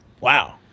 Wow